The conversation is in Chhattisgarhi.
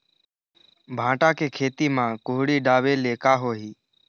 भांटा के खेती म कुहड़ी ढाबे ले का होही?